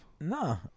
No